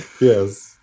Yes